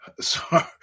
Sorry